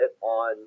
on